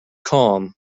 calm